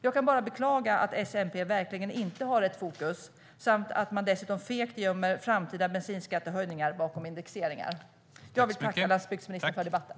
Jag kan bara beklaga att S-MP verkligen inte har rätt fokus samt att man dessutom fegt gömmer framtida bensinskattehöjningar bakom indexeringar. Jag vill tacka landsbygdsministern för debatten.